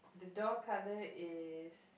door colour is